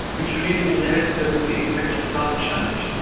which really will help them with the impact of climate change.